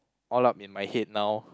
all up in my head now